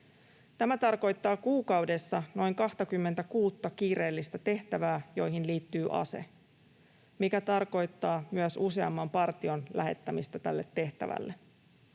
Tämä tarkoittaa kuukaudessa noin 26:ta kiireellistä tehtävää, joihin liittyy ase, mikä tarkoittaa myös useamman partion lähettämistä tälle tehtävälle.